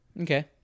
Okay